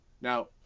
Now